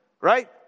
right